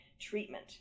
treatment